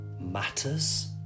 matters